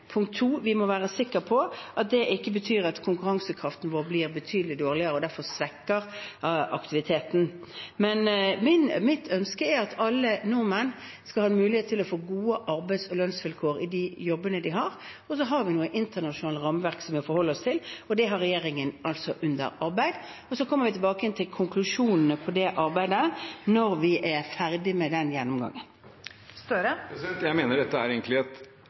Punkt to er at vi må være sikre på at det ikke betyr at konkurransekraften vår blir betydelig dårligere og derfor svekker aktiviteten. Mitt ønske er at alle nordmenn skal ha en mulighet til å få gode arbeids- og lønnsvilkår i de jobbene de har, og så har vi internasjonale rammeverk vi må forholde oss til. Det har regjeringen altså under arbeid. Vi kommer tilbake til konklusjonene på det arbeidet når vi er ferdig med gjennomgangen. Jonas Gahr Støre – til oppfølgingsspørsmål. Jeg mener dette egentlig er